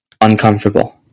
uncomfortable